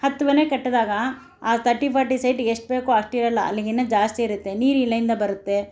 ಹತ್ತು ಮನೆ ಕಟ್ಟಿದಾಗ ಆ ಥರ್ಟಿ ಫಾರ್ಟಿ ಸೈಟಿಗೆ ಎಷ್ಟು ಬೇಕೋ ಅಷ್ಟು ಇರಲ್ಲ ಅಲ್ಲಿಗಿನ್ನ ಜಾಸ್ತಿ ಇರುತ್ತೆ ನೀರು ಎಲ್ಲಿಂದ ಬರುತ್ತೆ